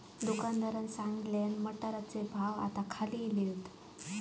दुकानदारान सांगल्यान, मटारचे भाव आता खाली इले हात